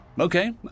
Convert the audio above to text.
Okay